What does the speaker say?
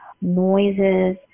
noises